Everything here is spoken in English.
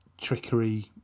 trickery